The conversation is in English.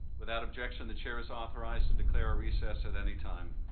without objection the chair is authorized to declare a recess at any time.